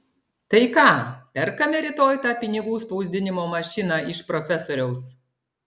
tai ką perkame rytoj tą pinigų spausdinimo mašiną iš profesoriaus